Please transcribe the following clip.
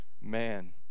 Man